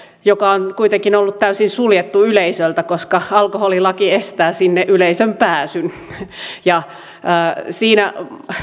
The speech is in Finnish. joka on kuitenkin ollut täysin suljettu yleisöltä koska alkoholilaki estää yleisön pääsyn sinne siinä